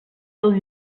del